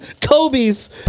Kobe's